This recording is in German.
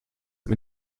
mit